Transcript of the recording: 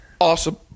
Awesome